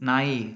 ನಾಯಿ